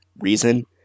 reason